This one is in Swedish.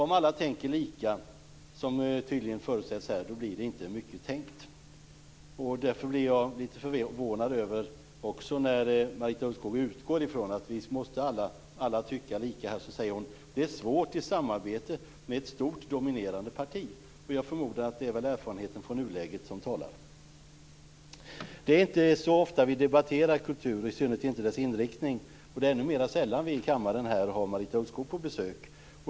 Om alla tänker lika, som tydligen förutsätts här, blir det inte mycket tänkt. Därför blir jag lite förvånad när Marita Ulvskog utgår från att alla måste tycka lika. Hon säger att det är svårt med ett samarbete med ett stort dominerande parti. Jag förmodar att det är erfarenheten från nuläget som talar. Det är inte så ofta vi debatterar kultur, i synnerhet inte dess inriktning. Det är ännu mera sällan vi i kammaren har Marita Ulvskog på besök.